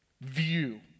view